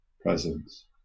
presence